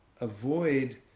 avoid